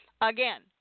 Again